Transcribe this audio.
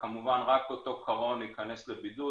וכמובן רק אותו קרון ייכנס לבידוד.